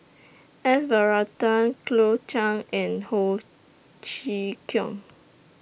S Varathan Cleo Thang and Ho Chee Kong